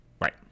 right